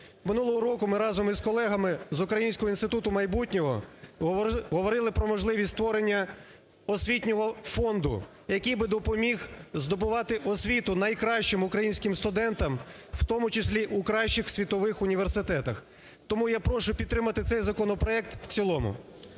Минулого року ми разом із колегами з Українського інституту майбутнього говорили про можливість створення освітнього фонду, який би допоміг здобувати освіту найкращим українським студентам, в тому числі у кращих світових університетах. Тому я прошу підтримати цей законопроект в цілому.